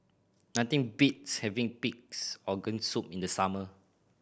nothing beats having Pig's Organ Soup in the summer